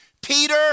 Peter